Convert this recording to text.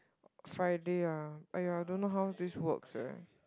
Friday ah !aiya! don't know how this works eh